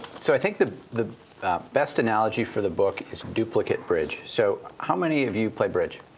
so i think the the best analogy for the book is duplicate bridge. so how many of you play bridge?